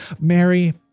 Mary